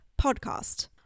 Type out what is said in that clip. podcast